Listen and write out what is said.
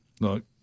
look